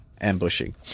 ambushing